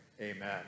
Amen